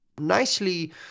nicely